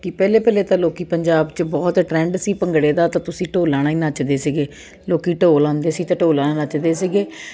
ਕਿ ਪਹਿਲੇ ਪਹਿਲੇ ਤਾਂ ਲੋਕ ਪੰਜਾਬ 'ਚ ਬਹੁਤ ਟਰੈਂਡ ਸੀ ਭੰਗੜੇ ਦਾ ਤਾਂ ਤੁਸੀਂ ਢੋਲਾਂ ਨਾਲ ਹੀ ਨੱਚਦੇ ਸੀਗੇ ਲੋਕ ਢੋਲ ਲਿਆਉਂਦੇ ਸੀ ਅਤੇ ਢੋਲਾਂ ਨਾਲ ਨੱਚਦੇ ਸੀਗੇ